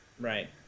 Right